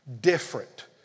different